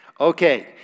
Okay